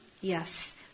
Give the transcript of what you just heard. Yes